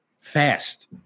fast